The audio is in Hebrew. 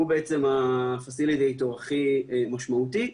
הוא בעצם הפסיליטייטור הכי משמעותי,